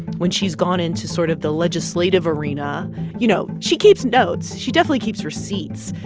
when she's gone into sort of the legislative arena you know, she keeps notes. she definitely keeps receipts.